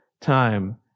time